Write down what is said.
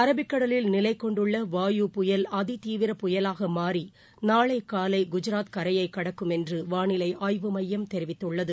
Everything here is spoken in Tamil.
இரபிக்கடலில் நிலைகொண்டுள்ளவாயு புயல் அதிதீவிர புயலாகமாறிநாளைகாலைகுஜராத் கரையைகடக்கும் என்றுவானிலைஆய்வு மையம் தெரிவித்தள்ளது